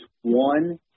one